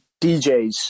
DJs